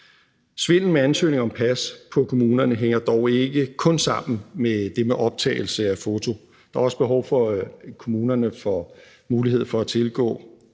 Svindel med ansøgninger om pas hos kommunerne hænger ikke kun sammen med det med optagelse af foto. Der er også behov for, at kommunerne får mulighed for at tilgå